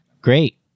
great